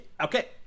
Okay